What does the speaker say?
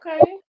okay